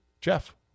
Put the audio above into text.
Jeff